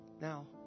Now